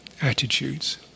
attitudes